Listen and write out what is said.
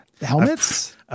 helmets